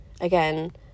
Again